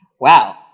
Wow